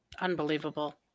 Unbelievable